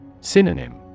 Synonym